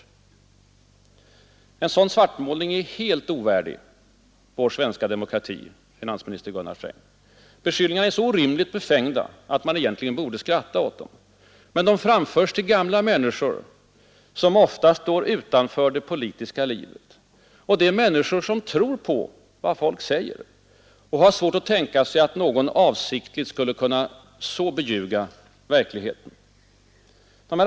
En sådan svartmålning är helt ovärdig vår svenska demokrati, finansminister Gunnar Sträng. Beskyllningarna är så orimligt befängda, att man egentligen borde skratta åt dem. Men de framförs till gamla människor, som ofta står utanför det politiska livet. Det är människor som tror på vad folk säger och har svårt att tänka sig att någon avsiktligt skulle kunna så beljuga verkligheten.